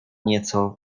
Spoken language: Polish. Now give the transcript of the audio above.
nieco